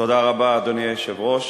אדוני היושב-ראש,